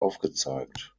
aufgezeigt